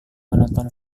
menonton